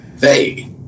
Hey